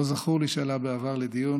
לא זכור לי שעלה בעבר לדיון,